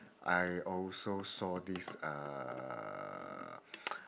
I also saw this uh